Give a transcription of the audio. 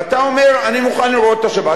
ואתה אומר: אני מוכן לראות את השבת,